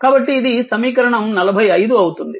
కాబట్టి ఇది సమీకరణం 45 అవుతుంది